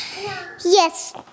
Yes